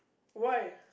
why